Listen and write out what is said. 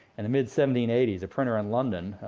and the mid seventeen eighty s, a printer in london,